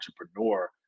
entrepreneur